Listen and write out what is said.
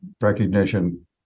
recognition